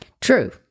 True